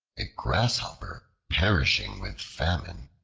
a grasshopper, perishing with famine,